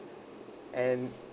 and